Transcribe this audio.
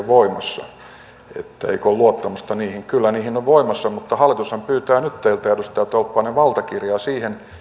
voimassa että eikö ole luottamusta niihin kyllä ne ovat voimassa mutta hallitushan pyytää nyt teiltä edustaja tolppanen valtakirjaa siihen